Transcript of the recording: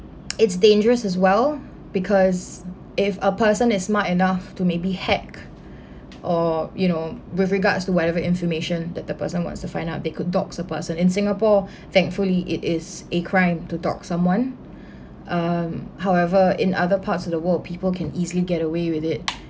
it's dangerous as well because if a person is smart enough to maybe hack or you know with regards to whatever information that the person wants to find out they could stalk a person in singapore thankfully it is a crime to stalk someone um however in other parts of the world people can easily get away with it